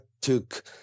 took